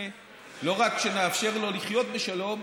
לא רק שנאפשר לו לחיות בשלום,